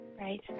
Right